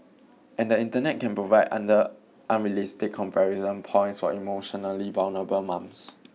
and the Internet can provide other unrealistic comparison points for emotionally vulnerable mums